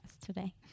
today